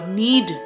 need